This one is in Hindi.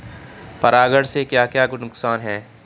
परागण से क्या क्या नुकसान हैं?